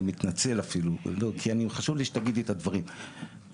מתנצל אפילו כי חשוב לי שתגידי את הדברים,